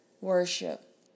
worship